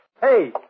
Hey